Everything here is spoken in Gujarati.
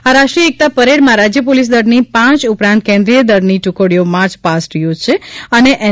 આ રાષ્ટ્રીય એકતા પરેડમાં રાજ્ય પોલીસ દળની પાંચ ઉપરાંત કેન્દ્રીય દળની ટુકડીઓ માર્ચ પાસ્ટ યોજશે અને એન